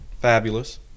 Fabulous